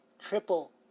triple